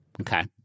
Okay